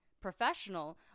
professional